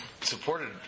supported